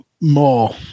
more